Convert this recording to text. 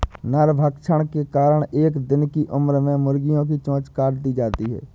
नरभक्षण के कारण एक दिन की उम्र में मुर्गियां की चोंच काट दी जाती हैं